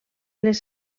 les